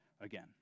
again